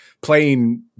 playing